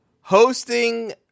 Hosting